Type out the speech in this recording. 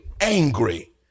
angry